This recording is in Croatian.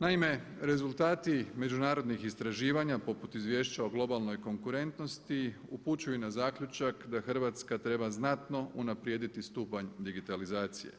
Naime, rezultati međunarodnih istraživanja poput izvješća o globalnoj konkurentnosti upućuju i na zaključak da Hrvatska treba znatno unaprijediti stupanj digitalizacije